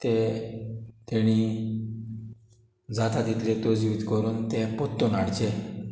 ते तेणी जाता तितले तोजवीज करून ते पोरतून हाडचे